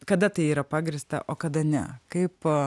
kada tai yra pagrįsta o kada ne kaip